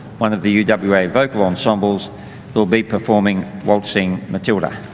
one of the uwa vocal ensembles will be performing waltzing matilda.